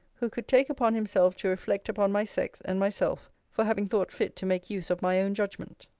who could take upon himself to reflect upon my sex and myself, for having thought fit to make use of my own judgment.